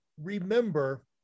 remember